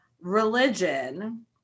religion